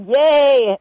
Yay